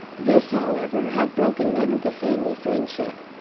this, however, had broken none of the family friendship.